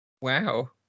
Wow